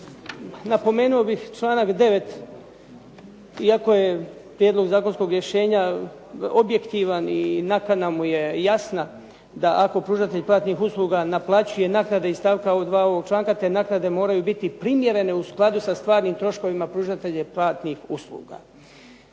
napomenuo bih članak 9. iako je prijedlog zakonskog rješenja objektivan i nakana mu je jasna da ako pružatelj platnih usluga naplaćuje usluge iz stavka 2. ovog članka te naknade moraju biti primjerene u skladu sa stvarnim troškovima pružatelja platnih usluga.